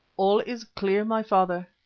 all is clear, my father,